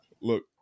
look